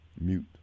mute